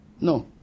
No